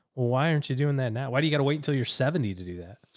why aren't you doing that now? why do you got to wait until you're seventy to do that?